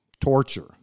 torture